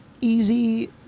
easy